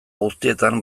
guztietan